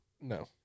No